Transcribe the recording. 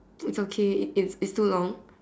put some J it's it's too long